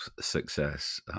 success